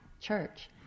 Church